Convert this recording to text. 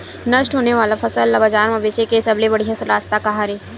नष्ट होने वाला फसल ला बाजार मा बेचे के सबले बढ़िया रास्ता का हरे?